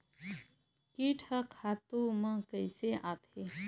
कीट ह खातु म कइसे आथे?